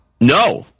No